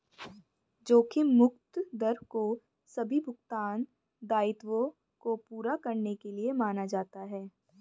जोखिम मुक्त दर को सभी भुगतान दायित्वों को पूरा करने के लिए माना जाता है